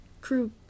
crew